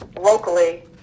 locally